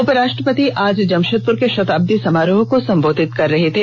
उपराष्ट्रपति आज जमषेदपुर के शताब्दी समारोह को संबोधित कर रहे थे